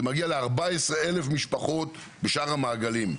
14 אלף משפחות בשאר המעגלים.